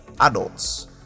adults